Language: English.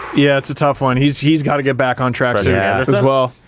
yeah, it's a tough one. he's he's got to get back on track yeah as well.